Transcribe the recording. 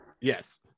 Yes